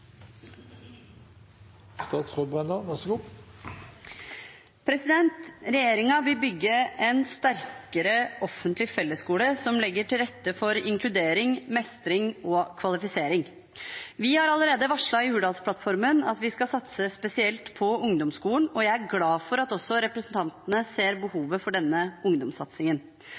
vil bygge en sterkere offentlig fellesskole, som legger til rette for inkludering, mestring og kvalifisering. Vi har allerede varslet i Hurdalsplattformen at vi skal satse spesielt på ungdomsskolen, og jeg er glad for at også representantene ser behovet for denne ungdomssatsingen.